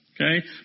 okay